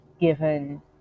given